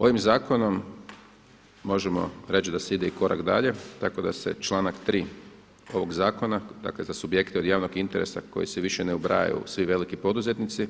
Ovim zakonom možemo reći da se ide i korak dalje, tako da se članak 3. ovog zakona dakle za subjekte od javnog interesa koji se više ne ubrajaju svi veliki poduzetnici,